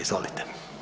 Izvolite.